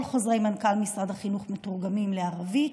כל חוזרי מנכ"ל משרד החינוך מתורגמים לערבית,